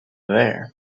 there